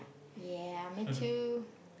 ya me too